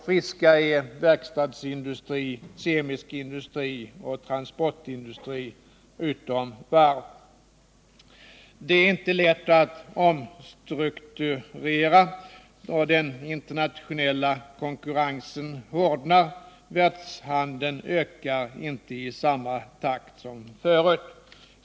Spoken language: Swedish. Friska är verkstadsindustri, kemisk industri och transportindustri utom varv. Det är inte lätt att omstrukturera, och den internationella konkurrensen hårdnar. Världshandeln ökar inte i samma takt som förut.